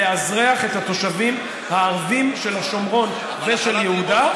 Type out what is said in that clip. לאזרח את התושבים הערבים של השומרון ושל יהודה.